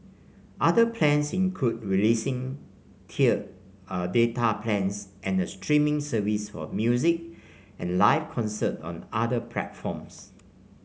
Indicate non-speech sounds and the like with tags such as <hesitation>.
other plans include releasing tiered <hesitation> data plans and a streaming service for music and live concerts on other platforms